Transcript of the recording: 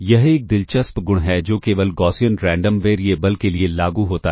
यह एक दिलचस्प गुण है जो केवल गॉसियन रैंडम वेरिएबल के लिए लागू होता है